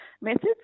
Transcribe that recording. methods